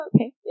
Okay